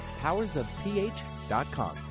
powersofph.com